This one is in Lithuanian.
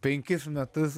penkis metus